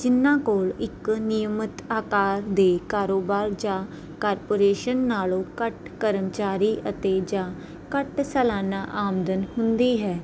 ਜਿਨਾਂ ਕੋਲ ਇੱਕ ਨਿਯਮਤ ਅਕਾਰ ਦੇ ਕਾਰੋਬਾਰ ਜਾਂ ਕਾਰਪੋਰੇਸ਼ਨ ਨਾਲੋਂ ਘੱਟ ਕਰਮਚਾਰੀ ਅਤੇ ਜਾਂ ਘੱਟ ਸਲਾਨਾ ਆਮਦਨ ਹੁੰਦੀ ਹੈ